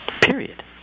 Period